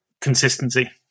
Consistency